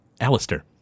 Alistair